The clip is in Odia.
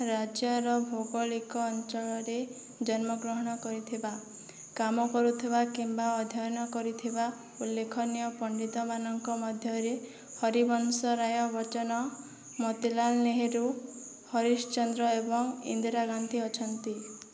ରାଜ୍ୟର ଭୌଗଳିକ ଅଞ୍ଚଳରେ ଜନ୍ମ ଗ୍ରହଣ କରିଥିବା କାମ କରୁଥିବା କିମ୍ବା ଅଧ୍ୟୟନ କରିଥିବା ଉଲ୍ଲେଖନୀୟ ପଣ୍ଡିତମାନଙ୍କ ମଧ୍ୟରେ ହରିବଂଶ ରାୟ ବଚ୍ଚନ ମୋତିଲାଲ ନେହେରୁ ହରିଶ ଚନ୍ଦ୍ର ଏବଂ ଇନ୍ଦିରା ଗାନ୍ଧୀ ଅଛନ୍ତି